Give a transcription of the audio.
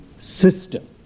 system